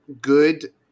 good